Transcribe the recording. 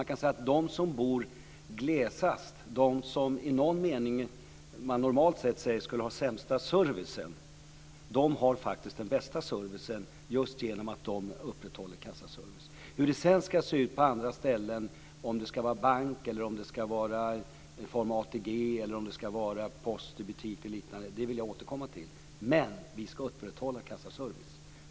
Man kan säga att de som bor glesast, de som man normalt sett skulle säga har den sämsta servicen, har faktiskt den bästa servicen just genom att lantbrevbärarna upprätthåller kassaservicen. Hur det sedan ska se ut på andra ställen, om det ska vara en bank, genom ATG, post i butik eller liknande, vill jag återkomma till. Men vi ska upprätthålla kassaservicen.